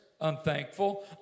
unthankful